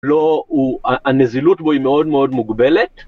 הנזילות בו היא מאוד מאוד מוגבלת